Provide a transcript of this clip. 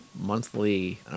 monthly